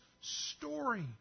story